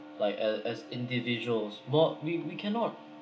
like uh as individuals more we we cannot